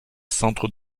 centres